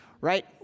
right